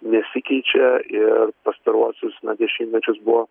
nesikeičia ir pastaruosius na dešimtmečius buvo